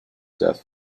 death